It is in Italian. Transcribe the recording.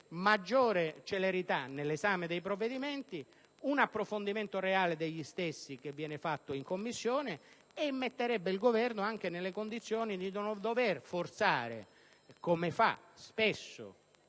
maggiore celerità nell'esame dei provvedimenti e un approfondimento reale degli stessi, effettuato in Commissione, e si metterebbe il Governo in condizione di non forzare, come spesso